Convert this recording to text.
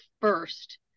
first